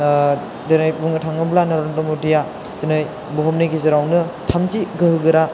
ओह दिनै बुंनो थाङोब्लानो नरेन्द्र मदिया दिनै बुहुमनि गेजेरावनो थामथि गोहो गोरा